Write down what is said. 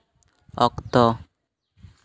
ᱚᱠᱛᱚ